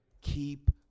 Keep